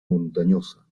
montañosa